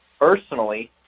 personally